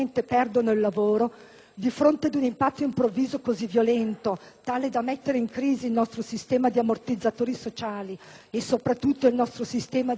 di fronte ad un impatto improvviso così violento, tale da mettere in crisi il nostro sistema di ammortizzatori sociali e soprattutto il nostro sistema di coesione sociale,